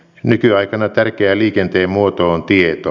nykyaikana tärkeä liikenteen muoto on tieto